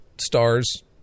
stars